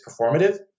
performative